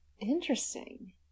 Interesting